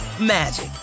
magic